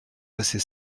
passer